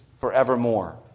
forevermore